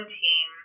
team